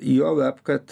juolab kad